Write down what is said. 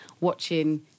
watching